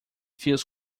feels